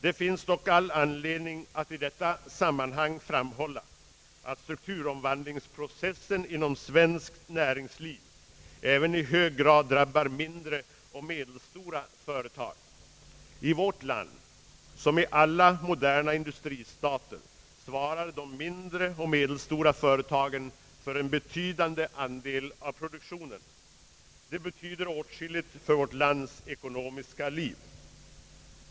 Det finns dock all anledning att i detta sammanhang framhålla att strukturomvandlingsprocessen inom svenskt näringsliv även i hög grad drabbar mindre och medelstora företag. I vårt land som i alla andra moderna industristater svarar de mindre och medelstora företagen för en betydande andel av produktionen. De betyder åtskilligt för vårt lands ekonomiska liv.